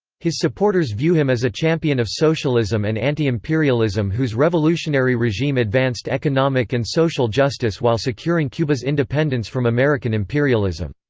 his supporters view him as a champion of socialism and anti-imperialism whose revolutionary regime advanced economic and social justice while securing cuba's independence from american imperialism.